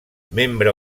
membre